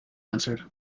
answered